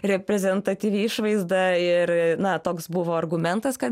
reprezentatyvi išvaizda ir na toks buvo argumentas kad